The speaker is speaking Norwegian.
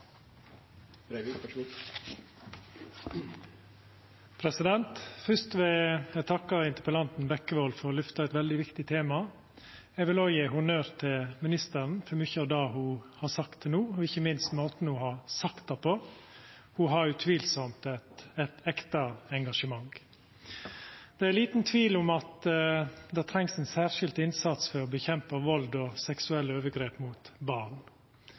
tro, og så må vi jobbe sammen for å forhindre at barn må oppleve dette. Først vil eg takka interpellanten Bekkevold for å løfta eit veldig viktig tema. Eg vil òg gje honnør til ministeren for mykje av det ho har sagt til no, og ikkje minst for måten ho har sagt det på. Ho har utvilsamt eit ekte engasjement. Det er liten tvil om at det trengst ein særskild innsats for å kjempa mot vald og seksuelle overgrep mot barn.